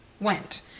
went